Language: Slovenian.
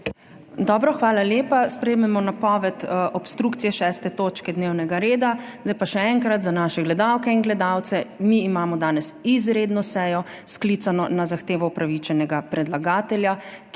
Dobro. Hvala lepa. Sprejmemo napoved obstrukcije 6. točke dnevnega reda. Zdaj pa še enkrat za naše gledalke in gledalce. Mi imamo danes izredno sejo sklicano na zahtevo upravičenega predlagatelja,